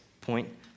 point